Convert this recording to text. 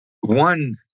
One